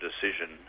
decision